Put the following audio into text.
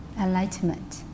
enlightenment